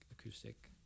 acoustic